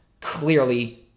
Clearly